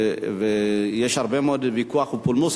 ויש הרבה מאוד ויכוח ופולמוס,